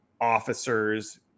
officers